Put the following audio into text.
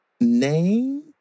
Name